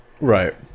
Right